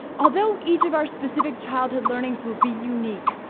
although each of our specific childhood learnings will be unique,